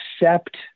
accept